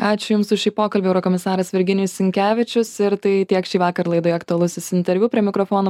ačiū jums už šį pokalbį eurokomisaras virginijus sinkevičius ir tai tiek šįvakar laidoje aktualusis interviu prie mikrofono